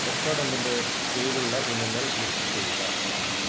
പെപ്സോഡൻ്റിൻ്റെ കിഴിവുള്ള ഇനങ്ങൾ ലിസ്റ്റ് ചെയ്യുക